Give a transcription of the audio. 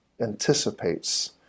anticipates